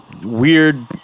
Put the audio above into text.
weird